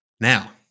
Now